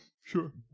Sure